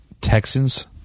Texans